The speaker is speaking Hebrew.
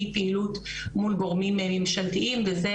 היא פעילות מול גורמים ממשלתיים וזה